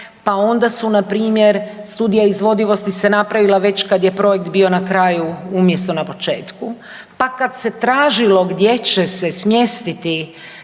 pa onda su npr. studija izvodljivosti se napravila već kada je projekt bio na kraju umjesto na početku, pa kad se tražilo gdje će se smjestiti